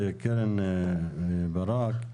בני בגין בבקשה.